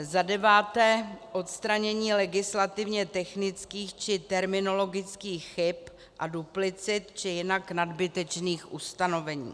Zadeváté odstranění legislativně technických či terminologických chyb a duplicit či jinak nadbytečných ustanovení.